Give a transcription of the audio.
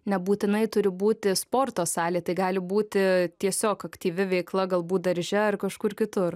nebūtinai turi būti sporto salė tai gali būti tiesiog aktyvi veikla galbūt darže ar kažkur kitur